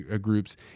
groups